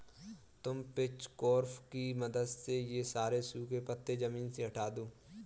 तुम पिचफोर्क की मदद से ये सारे सूखे पत्ते ज़मीन से हटा दो